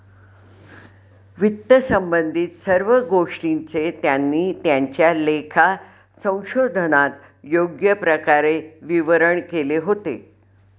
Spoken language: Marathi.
वित्तसंबंधित सर्व गोष्टींचे त्यांनी त्यांच्या लेखा संशोधनात योग्य प्रकारे विवरण केले होते